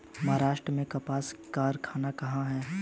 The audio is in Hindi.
महाराष्ट्र में कपास कारख़ाना कहाँ है?